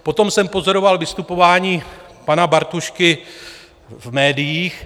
Potom jsem pozoroval vystupování pana Bartušky v médiích.